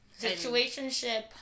situationship